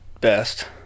best